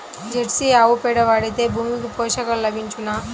Jersey ఆవు పేడ వాడితే భూమికి పోషకాలు లభించునా?